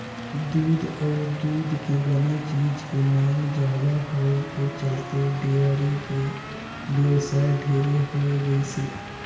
दूद अउ दूद के बने चीज के मांग जादा होए के चलते डेयरी के बेवसाय ढेरे होय गइसे